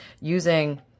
using